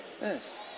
Yes